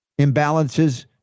imbalances